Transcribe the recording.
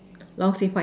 long sleeve white